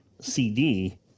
CD